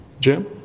Jim